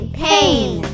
pain